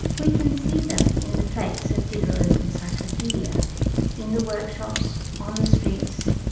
we can see them in the plates of diderot's encyclopedie ah in the workshops, on the streets,